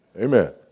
Amen